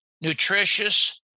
nutritious